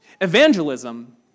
Evangelism